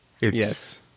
yes